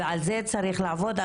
ועל זה צריך לעבוד.